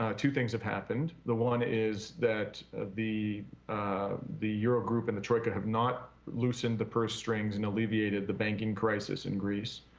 two things have happened. the one is that the the eurogroup and the troika have not loosened the purse strings and alleviated the banking crisis in greece.